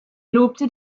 lobte